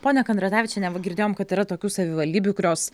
ponia kandratavičiene girdėjom kad yra tokių savivaldybių kurios